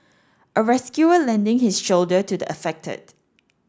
a rescuer lending his shoulder to the affected